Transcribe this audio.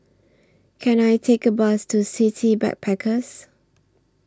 Can I Take A Bus to City Backpackers